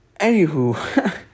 Anywho